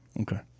okay